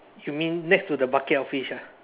you mean next to the bucket of fish ah